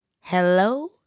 Hello